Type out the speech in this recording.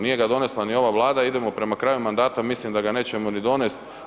Nije ga donesla ni ova Vlada, idemo prema kraju mandata, mislim da ga nećemo ni donesti.